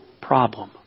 problem